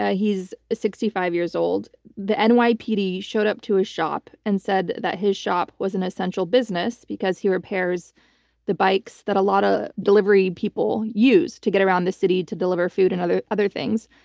ah he's sixty five years old. the and nypd showed up to a shop and said that his shop was an essential business because he repairs the bikes that a lot of delivery people use to get around the city to deliver food and other other things.